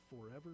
forever